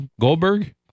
Goldberg